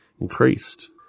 increased